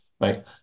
Right